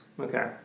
okay